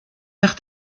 nach